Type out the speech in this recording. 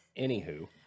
Anywho